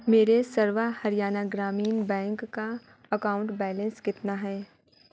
میرے سرواہ ہریانہ گرامین بینک کا account balance کتنا ہے